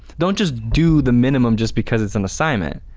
don't just do the minimum just because it's an assignment.